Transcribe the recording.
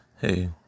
Hey